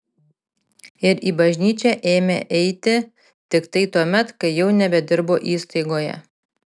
ir į bažnyčią ėmė eiti tiktai tuomet kai jau nebedirbo įstaigoje